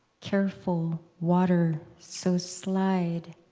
careful water so slide,